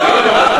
לא.